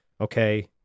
Okay